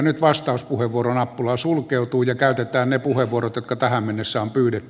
nyt vastauspuheenvuoronappula sulkeutuu ja käytetään ne puheenvuorot jotka tähän mennessä on pyydetty